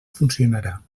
funcionarà